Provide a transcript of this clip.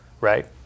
right